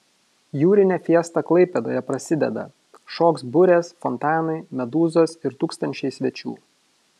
jūrinė fiesta klaipėdoje prasideda šoks burės fontanai medūzos ir tūkstančiai svečių